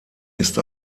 ist